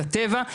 הטבע,